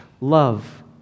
love